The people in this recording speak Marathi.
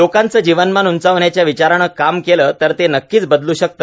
लोकांचे जीवनमान उंचावण्याच्या विचाराने काम केलं तर ते नक्कीच बदलू शकते